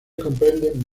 comprenden